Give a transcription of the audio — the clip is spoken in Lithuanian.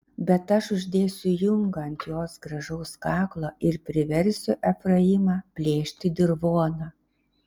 bet aš uždėsiu jungą ant jos gražaus kaklo ir priversiu efraimą plėšti dirvoną